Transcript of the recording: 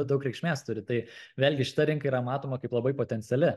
daug reikšmės turi tai vėlgi šita rinka yra matoma kaip labai potenciali